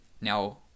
Now